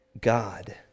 God